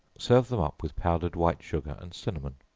serve them up with powdered white sugar and cinnamon.